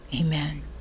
Amen